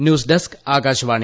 news desk Akashvani